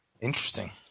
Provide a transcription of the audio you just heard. Interesting